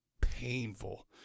painful